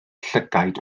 llygaid